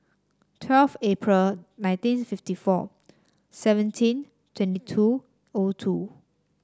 twelve April nineteen fifty four seventeen twenty two O two